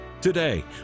Today